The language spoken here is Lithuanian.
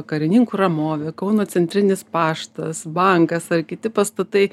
karininkų ramovė kauno centrinis paštas bankas ar kiti pastatai